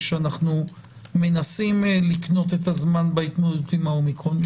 שאנחנו מנסים לקנות את הזמן בהתמודדות עם ה-אומיקרון.